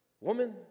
Woman